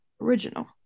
original